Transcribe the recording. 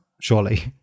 surely